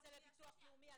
אם זה לביטוח לאומי.